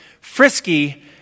Frisky